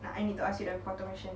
now I need to ask you important question